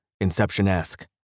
Inception-esque